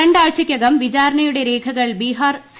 രണ്ടാഴ്ചയ്ക്കകം വിചാരണയുടെ രേഖകൾ ബീഹാർ സി